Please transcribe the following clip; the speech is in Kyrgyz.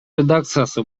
редакциясы